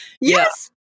Yes